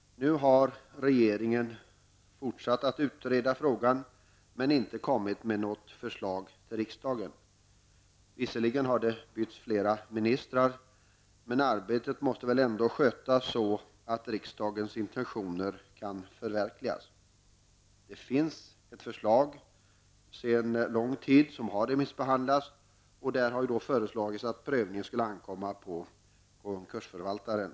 Nu har regeringen fortsatt att utreda frågan, men inte kommit med något förslag till riksdagen. Visserligen har det bytts flera ministrar, men arbetet måste väl ändå skötas så att riksdagens intentioner kan förverkligas. Det finns ett förslag sedan lång tid, som har remissbehandlats och som går ut på att prövningen skall ankomma på konkursförvaltaren.